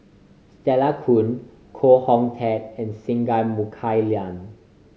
Stella Kon Foo Hong Tatt and Singai Mukilan